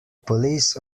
police